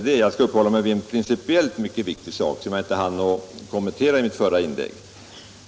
Däremot skall jag säga något om en principiellt mycket viktig sak, som jag inte hann kommentera i mitt förra inlägg.